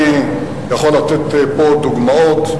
אני יכול לתת פה דוגמאות,